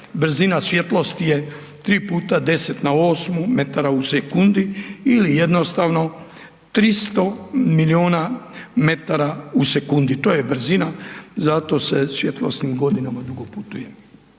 Brzina svjetlosti je 3x10 na 8 metara u sekundi ili jednostavno 300 miliona metara u sekundi. To je brzina za to se svjetlosnim godinama dugo putuje.